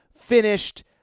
finished